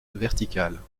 verticale